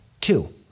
Two